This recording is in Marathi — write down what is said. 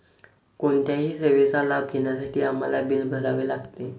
कोणत्याही सेवेचा लाभ घेण्यासाठी आम्हाला बिल भरावे लागते